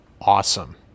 awesome